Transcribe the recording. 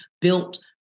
built